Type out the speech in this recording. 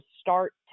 start